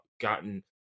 gotten